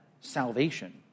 salvation